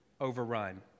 overrun